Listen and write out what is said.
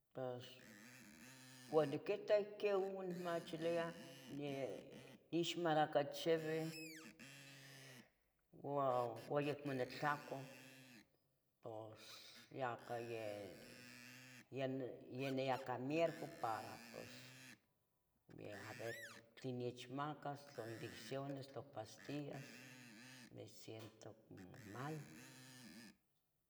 Pos uan niquitah ihquin uo nicmachilia ixmalacacheui uo ayacmo nitlacua pos ya ca yeh, ya niyah can mierco para pos aver tlin nechmacas, tla indecciones, tla pastillas, me siento como mal.